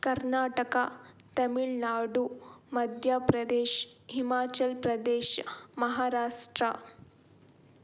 Karnataka Tamil Nadu Madhya Pradesh Himachal Pradesh Maharashtra